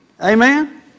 Amen